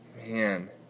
Man